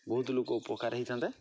ବହୁତ ଲୋକ ଉପକାର ହୋଇଥାନ୍ତେ